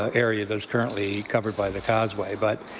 ah area that is currently covered by the causeway. but,